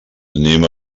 anem